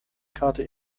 karte